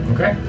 Okay